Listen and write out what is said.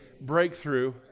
breakthrough